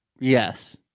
yes